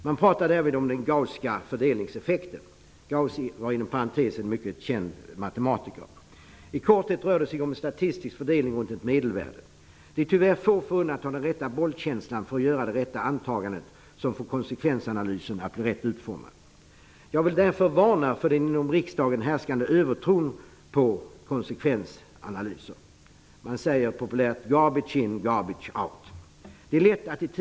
Man pratar därvid om den Gausska fördelningseffekten. Gauss var, inom parentes sagt, en mycket känd matematiker. I korthet rör det sig om en statistisk fördelning runt ett medelvärde. Det är tyvärr få förunnat att ha den rätta bollkänslan för att göra de rätta antagandena, som får konsekvensanalysen att bli rätt utformad. Jag vill därför varna för den inom riksdagen härskande övertron på konsekvensanalyser. Man säger populärt: ''Garbage in, garbage out''.